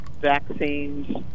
vaccines